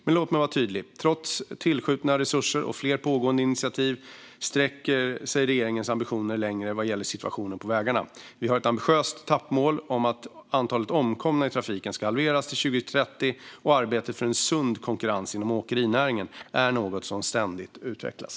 Men låt mig vara tydlig: Trots tillskjutna resurser och flera pågående initiativ sträcker sig regeringens ambitioner längre vad gäller situationen på vägarna. Vi har ett ambitiöst etappmål om att antalet omkomna i trafiken ska halveras till år 2030, och arbetet för en sund konkurrens inom åkerinäringen är något som ständigt utvecklas.